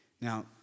Now